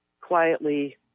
quietly